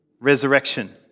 resurrection